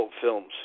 films